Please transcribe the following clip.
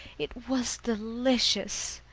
it was delicious!